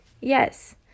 Yes